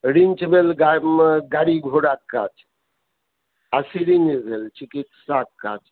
wrench भेल गाड़ी घोड़ाके काज आ सिरिंच भेल चिकित्साके काज